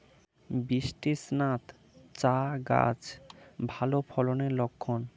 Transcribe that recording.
বৃষ্টিস্নাত চা গাছ ভালো ফলনের লক্ষন